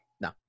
no